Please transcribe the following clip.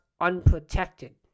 unprotected